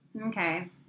Okay